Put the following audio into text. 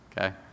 okay